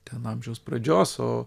ten amžiaus pradžios o